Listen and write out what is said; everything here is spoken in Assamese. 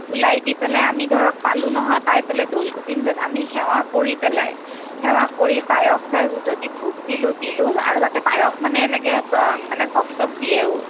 ওলাই দি পেলাই আমি ধৰক পালোঁ নহয় পাই পেলাই দৌল গোবিন্দত আমি সেৱা কৰি পেলাই সেৱা কৰি পায়স চায়স যদি ভোগ দিলোঁ দিলোঁ আৰু তাতে পায়স মানে এনেকৈ মানে ভক্তক দিয়েও